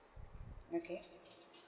okay